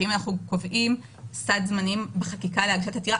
שאם אנחנו קובעים סד זמנים בחקיקה להגשת עתירה,